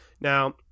Now